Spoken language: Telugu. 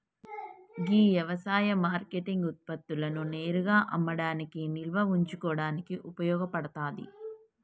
గీ యవసాయ మార్కేటింగ్ ఉత్పత్తులను నేరుగా అమ్మడానికి నిల్వ ఉంచుకోడానికి ఉపయోగ పడతాది